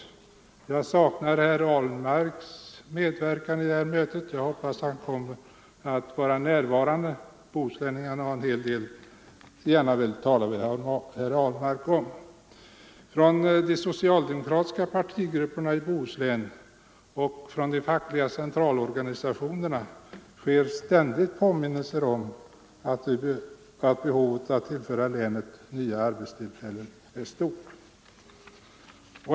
Jag saknar herr Ahlmarks medverkan i detta möte. Jag hoppas att han kommer att vara närvarande — bohuslänningarna har en hel del som de gärna vill tala med herr Ahlmark om. Från de socialdemokratiska partigrupperna i Bohuslän och från de fackliga centralorganisationerna görs ständigt påminnelser om att behovet av att tillföra länet nya arbetstillfällen är stort.